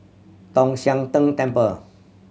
Tong Sian Tng Temple